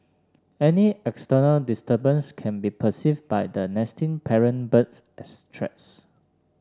any external disturbance can be perceived by the nesting parent birds as threats